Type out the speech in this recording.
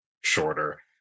shorter